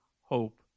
hope